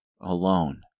alone